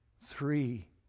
Three